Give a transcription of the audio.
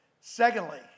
Secondly